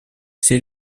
все